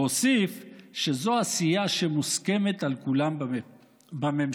והוסיף שזו עשייה שמוסכמת על כולם בממשלה.